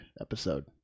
episode